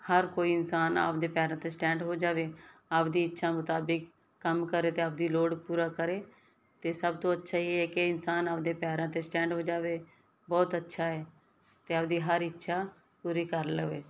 ਹਰ ਕੋਈ ਇਨਸਾਨ ਆਪਣੇ ਪੈਰਾਂ 'ਤੇ ਸਟੈਂਡ ਹੋ ਜਾਵੇ ਆਪਣੀ ਇੱਛਾ ਮੁਤਾਬਿਕ ਕੰਮ ਕਰੇ ਅਤੇ ਆਪਣੀ ਲੋੜ ਪੂਰਾ ਕਰੇ ਅਤੇ ਸਭ ਤੋਂ ਅੱਛਾ ਇਹ ਹੈ ਕਿ ਇਨਸਾਨ ਆਪਣੇ ਪੈਰਾਂ 'ਤੇ ਸਟੈਂਡ ਹੋ ਜਾਵੇ ਬਹੁਤ ਅੱਛਾ ਹੈ ਅਤੇ ਆਪਣੇ ਹਰ ਇੱਛਾ ਪੂਰੀ ਕਰ ਲਵੇ